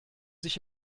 sich